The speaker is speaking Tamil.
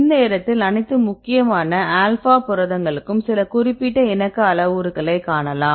இந்த இடத்தில் அனைத்து முக்கியமான ஆல்பா புரதங்களுக்கும் சில குறிப்பிட்ட இணக்க அளவுருக்களை காணலாம்